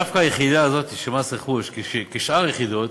דווקא היחידה הזאת, של מס רכוש, כשאר היחידות,